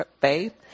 faith